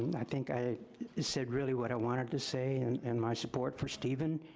i think i said really what i wanted to say, and and my support for steven.